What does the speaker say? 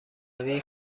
روی